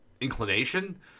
inclination